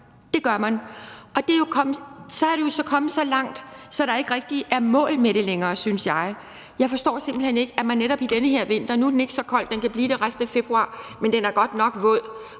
det gør man! Så er det jo kommet så langt, at der ikke er mål med det længere, synes jeg. Jeg forstår det simpelt hen ikke, altså netop i den her vinter. Nu er den ikke så kold, men den kan blive det resten af februar, og den er godt nok våd.